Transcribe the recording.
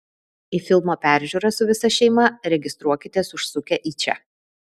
į filmo peržiūrą su visa šeima registruokitės užsukę į čia